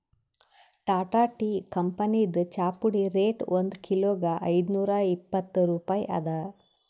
Tata tea ಕಂಪನಿದ್ ಚಾಪುಡಿ rate ಒಂದ್ ಕಿಲೋಗಾ ಐದ್ನೂರಾ ಇಪ್ಪತ್ತ್ ರೂಪಾಯಿ ಅದಾ